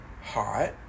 hot